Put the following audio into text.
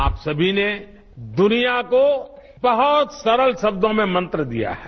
आप सभी ने दुनिया को बहुत सरल शब्दों में मंत्र दिया है